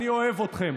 אני אוהב אתכם.